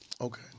Okay